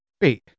Wait